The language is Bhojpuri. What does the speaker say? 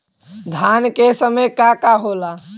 धान के समय का का होला?